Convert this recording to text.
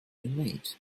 maid